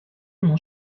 mon